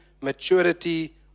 maturity